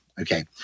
okay